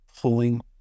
pulling